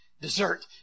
dessert